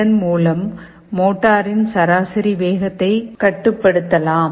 இதன் மூலம் மோட்டரின் சராசரி வேகத்தை கட்டுப்படுத்தலாம்